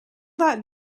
that